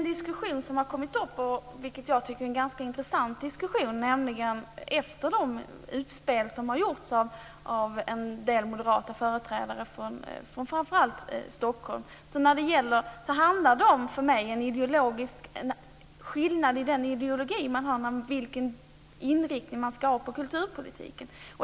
Fru talman! Det är en ganska intressant diskussion som har tagits upp efter de utspel som har gjorts av en del moderata företrädare från framför allt Stockholm. För mig handlar det om en ideologisk skillnad när det gäller vilken inriktning som man ska ha på kulturpolitiken.